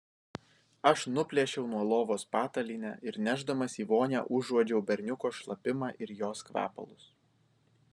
aš nuplėšiau nuo lovos patalynę ir nešdamas į vonią užuodžiau berniuko šlapimą ir jos kvepalus